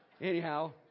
Anyhow